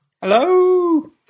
Hello